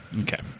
Okay